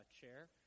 chair